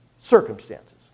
circumstances